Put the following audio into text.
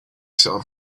sound